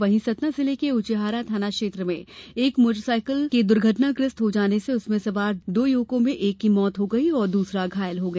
वही सतना जिले के उचेहरा थाना क्षेत्र में एक मोटर साइकिल के दुर्घटनाग्रस्त हो जाने से उसमें सवार दो युवकों में एक की मौत हो गयी और दूसरा घायल हो गया